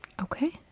Okay